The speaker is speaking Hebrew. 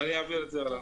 אני אעביר את זה הלאה.